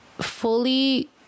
fully